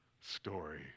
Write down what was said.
story